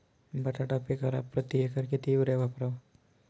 बटाटा पिकाला प्रती एकर किती युरिया वापरावा?